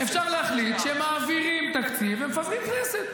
אפשר להחליט שמעבירים תקציב ומפזרים כנסת,